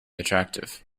attractive